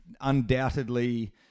undoubtedly